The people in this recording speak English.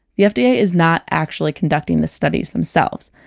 the fda is not actually conducting the study themselves.